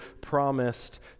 promised